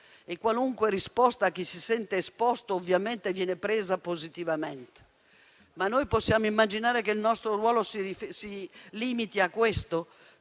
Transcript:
Qualunque risposta a chi si sente esposto viene ovviamente presa positivamente. Non possiamo però immaginare che il nostro ruolo si limiti a questo.